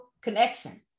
connection